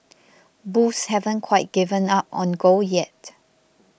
bulls haven't quite given up on gold yet